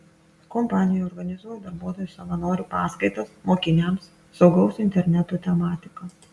kompanija organizuoja darbuotojų savanorių paskaitas mokiniams saugaus interneto tematika